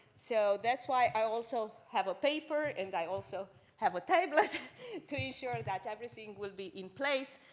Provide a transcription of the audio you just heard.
so that's why i also have a paper and i also have a tablet to ensure and that everything will be in place.